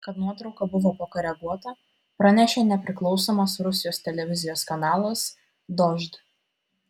kad nuotrauka buvo pakoreguota pranešė nepriklausomas rusijos televizijos kanalas dožd